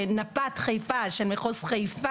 יעמדו בחריגות,